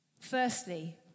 Firstly